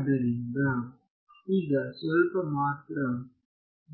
ಆದ್ದರಿಂದ ಈಗಸ್ವಲ್ಪ ಮಾತ್ರ